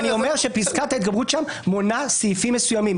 אני אומר שפסקת ההתגברות מונה סעיפים מסוימים.